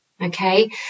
Okay